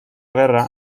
guerra